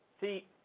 See